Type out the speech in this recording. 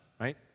right